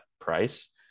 price